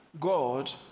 God